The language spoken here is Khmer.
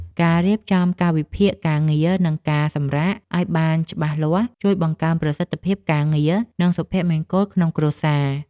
ការរៀបចំកាលវិភាគការងារ និងការសម្រាកឱ្យបានច្បាស់លាស់ជួយបង្កើនប្រសិទ្ធភាពការងារ និងសុភមង្គលក្នុងគ្រួសារ។